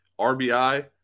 RBI